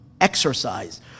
exercise